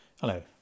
Hello